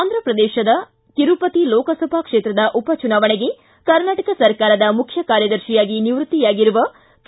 ಆಂಧ್ರ ಪ್ರದೇಶದ ತಿರುಪತಿ ಲೋಕಸಭಾ ಕ್ಷೇತ್ರದ ಉಪಚುನಾವಣೆಗೆ ಕರ್ನಾಟಕ ಸರ್ಕಾರದ ಮುಖ್ಯ ಕಾರ್ಯದರ್ಶಿಯಾಗಿ ನಿವೃತ್ತಿಯಾಗಿರುವ ಕೆ